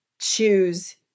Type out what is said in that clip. choose